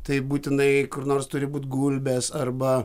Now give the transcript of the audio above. tai būtinai kur nors turi būt gulbės arba